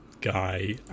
guy